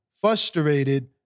frustrated